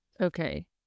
Okay